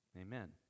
Amen